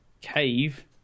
Cave